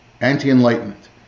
anti-enlightenment